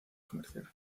comercial